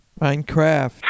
Minecraft